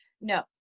No